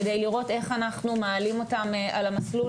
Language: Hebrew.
כדי לראות איך אנחנו מעלים אותם על המסלול.